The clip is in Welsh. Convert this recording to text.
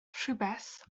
rhywbeth